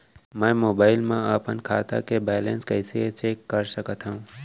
मैं मोबाइल मा अपन खाता के बैलेन्स कइसे चेक कर सकत हव?